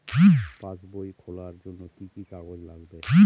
পাসবই খোলার জন্য কি কি কাগজ লাগবে?